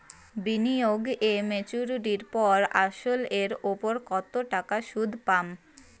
বিনিয়োগ এ মেচুরিটির পর আসল এর উপর কতো টাকা সুদ পাম?